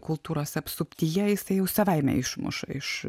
kultūros apsuptyje jisai jau savaime išmuša iš